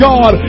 God